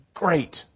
Great